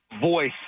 voice